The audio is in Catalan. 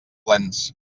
plens